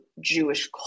Jewish